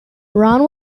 ron